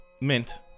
mint